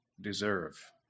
deserve